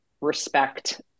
respect